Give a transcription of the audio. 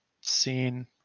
scene